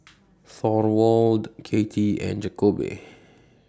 Thorwald Katy and Jakobe